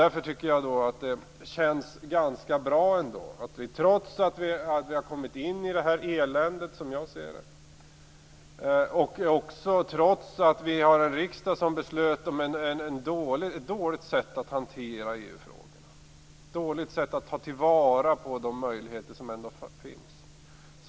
Därför tycker jag att det känns ganska bra trots att vi har kommit in i det här eländet, som jag ser det, och trots att vi har en riksdag som beslöt om ett dåligt sätt att hantera EU-frågorna. Det är ett dåligt sätt att ta till vara de möjligheter som ändå finns.